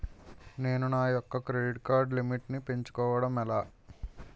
నేను నా యెక్క క్రెడిట్ కార్డ్ లిమిట్ నీ పెంచుకోవడం ఎలా?